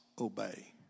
obey